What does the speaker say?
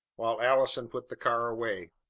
while allison put the car away.